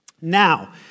Now